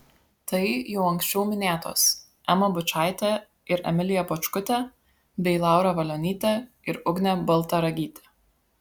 tai jau anksčiau minėtos ema bučaitė ir emilija bočkutė bei laura valionytė ir ugnė baltaragytė